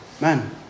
man